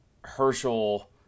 Herschel